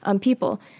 people